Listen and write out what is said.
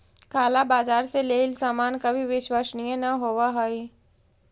काला बाजार से लेइल सामान कभी विश्वसनीय न होवअ हई